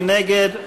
מי נגד?